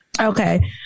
Okay